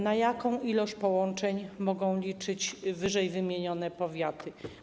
Na jaką ilość połączeń mogą liczyć ww. powiaty?